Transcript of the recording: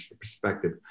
perspective